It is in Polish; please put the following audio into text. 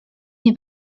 nie